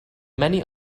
many